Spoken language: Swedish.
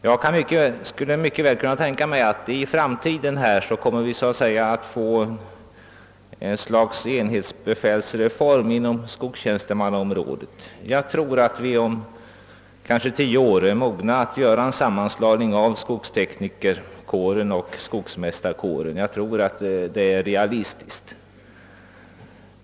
Jag kan mycket väl tänka mig att vi i framtiden kan få ett slags enhetsbefälsreform på skogstjänstemannaområdet. Jag tror att vi om kanske tio år är mogna att göra en sammanslagning av skogsteknikerkåren och =skogsmästarkåren; jag tror att det är en realistisk tanke.